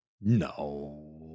No